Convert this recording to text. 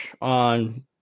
on